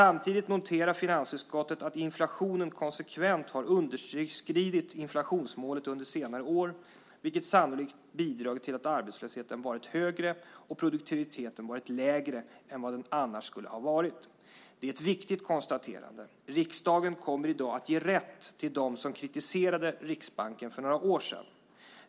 Samtidigt noterar finansutskottet att inflationen konsekvent underskridit inflationsmålet under senare år, vilket sannolikt bidragit till att arbetslösheten varit högre och produktiviteten lägre än vad den annars skulle ha varit. Det är ett viktigt konstaterande. Riksdagen kommer i dag att ge rätt till dem som kritiserade Riksbanken för några år sedan.